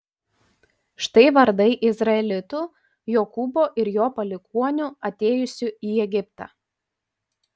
štai vardai izraelitų jokūbo ir jo palikuonių atėjusių į egiptą